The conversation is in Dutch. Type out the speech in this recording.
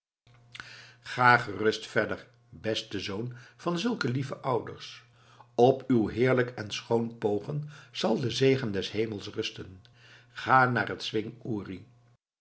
ga gerust verder beste zoon van zulke lieve ouders op uw heerlijk en schoon pogen zal de zegen des hemels rusten ga naar den